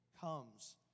comes